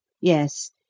Yes